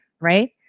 right